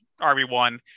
RB1